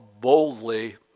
boldly